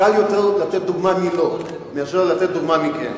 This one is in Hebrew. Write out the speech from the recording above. קל יותר לתת דוגמה מי לא מאשר לתת דוגמה מי כן.